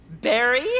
Barry